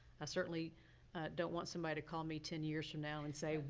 i certainly don't want somebody to call me ten years from now and say,